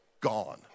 gone